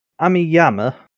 Amiyama